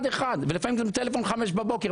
אחד-אחד ולפעמים גם טלפון בחמש בבוקר,